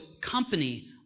company